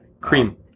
Cream